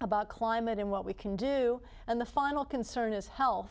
about climate and what we can do in the final concern is health